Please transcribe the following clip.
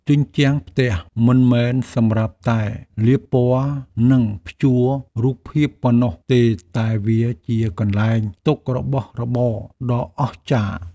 ជញ្ជាំងផ្ទះមិនមែនសម្រាប់តែលាបពណ៌និងព្យួររូបភាពប៉ុណ្ណោះទេតែវាជាកន្លែងផ្ទុករបស់របរដ៏អស្ចារ្យ។